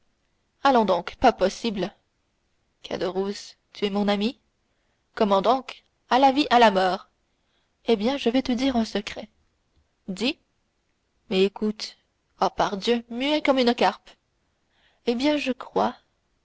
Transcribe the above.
allons donc pas possible caderousse tu es mon ami comment donc à la vie à la mort eh bien je vais te dire un secret dis mais écoute oh pardieu muet comme une carpe eh bien je crois